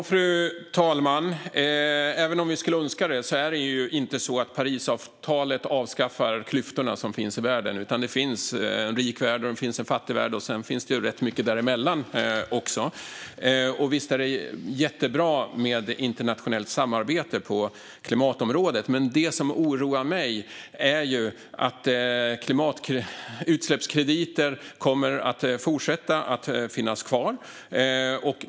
Fru talman! Även om vi skulle önska det är det inte så att Parisavtalet avskaffar klyftorna som finns i världen. Det finns en rik värld och en fattig värld, och så finns det rätt mycket däremellan också. Visst är det jättebra med internationellt samarbete på klimatområdet, men det som oroar mig är att utsläppskrediter kommer att fortsätta att finnas kvar.